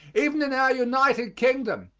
even in our united kingdom,